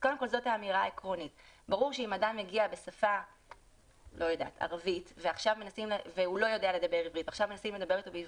ברור שאם יגיע דובר ערבית שלא יודע לדבר עברית וינסו לדבר איתו עברית,